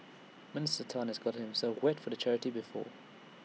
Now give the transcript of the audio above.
Minister Tan has gotten himself wet for charity before